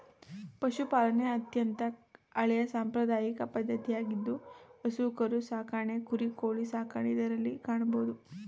ಪಶುಪಾಲನೆ ಅತ್ಯಂತ ಹಳೆಯ ಸಾಂಪ್ರದಾಯಿಕ ಪದ್ಧತಿಯಾಗಿದ್ದು ಹಸು ಕರು ಸಾಕಣೆ ಕುರಿ, ಕೋಳಿ ಸಾಕಣೆ ಇದರಲ್ಲಿ ಕಾಣಬೋದು